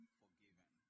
forgiven